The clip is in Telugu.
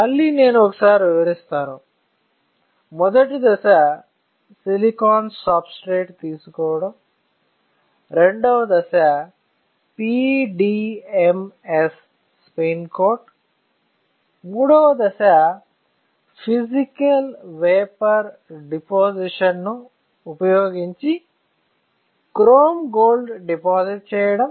మళ్ళీ నేను ఒకసారి వివరిస్తాను మొదటి దశ సిలికాన్ సబ్స్ట్రేట్ తీసుకోవడం రెండవ దశ PDMS స్పిన్ కోట్ మూడవ దశ ఫిసికల్ వేపర్ డిపోసిషన్ ను ఉపయోగించి క్రోమ్ గోల్డ్ డిపాజిట్ చేయడం